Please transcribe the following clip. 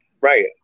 Right